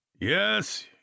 Yes